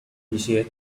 一些